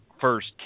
first